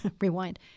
rewind